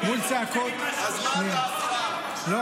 --- מול צעקות, לא,